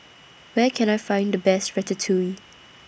Where Can I Find The Best Ratatouille